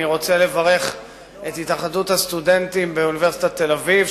אני רוצה לברך את התאחדות הסטודנטים באוניברסיטת תל-אביב,